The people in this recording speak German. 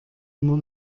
immer